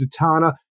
Zatanna